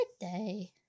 birthday